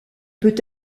peut